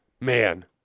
man